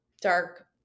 dark